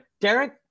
Derek